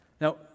Now